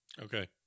Okay